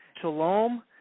shalom